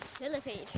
millipede